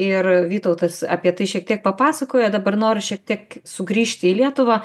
ir vytautas apie tai šiek tiek papasakojo dabar noriu šiek tiek sugrįžti į lietuvą